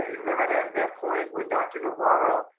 ah remember that that point when dr. navarro